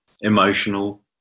emotional